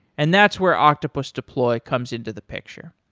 and that's where octopus deploy comes into the picture.